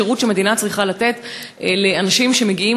שירות שהמדינה צריכה לתת לאנשים שמגיעים